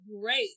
great